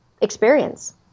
experience